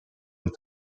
des